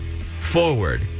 forward